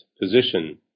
position